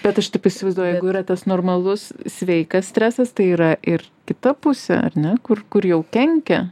bet aš taip įsivaizduoju jeigu yra tas normalus sveikas stresas tai yra ir kita pusė ar ne kur kur jau kenkia